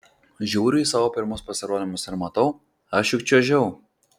žiūriu į savo pirmus pasirodymus ir matau aš juk čiuožiau